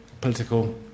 political